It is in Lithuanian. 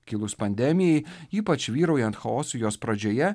kilus pandemijai ypač vyraujant chaosui jos pradžioje